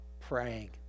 praying